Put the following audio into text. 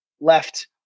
left